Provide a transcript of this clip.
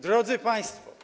Drodzy Państwo!